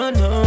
no